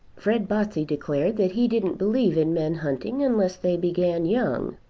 fred botsey declared that he didn't believe in men hunting unless they began young.